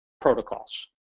protocols